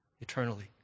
eternally